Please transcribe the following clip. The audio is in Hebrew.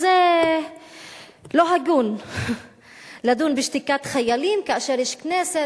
אז זה לא הגון לדון בשתיקת חיילים כאשר יש כנסת,